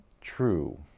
true